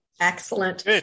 Excellent